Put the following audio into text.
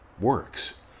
works